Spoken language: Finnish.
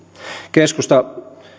keskusta